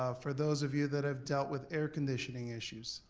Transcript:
ah for those of you that have dealt with air conditioning issues,